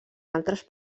altres